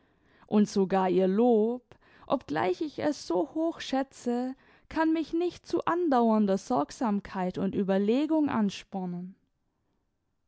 und sogar ihr lob obgleich ich es so hoch schätze kann mich nicht zu andauernder sorgsamkeit und überlegung anspornen